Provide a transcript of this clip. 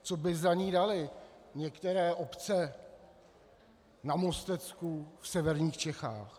Co by za ni daly některé obce na Mostecku v severních Čechách!